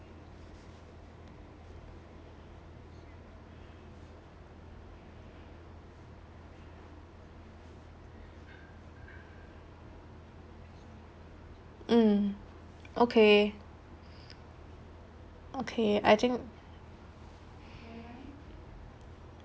mm okay okay I think